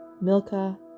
Milka